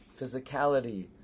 physicality